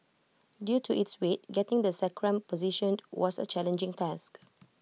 due to its weight getting the sacrum positioned was A challenging task